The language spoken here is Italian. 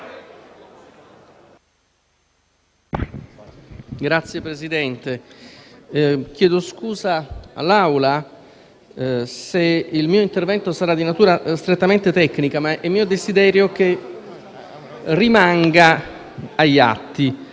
Signor Presidente, chiedo scusa all'Assemblea se il mio intervento sarà di natura strettamente tecnica ma è mio desiderio che rimanga agli atti.